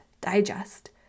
digest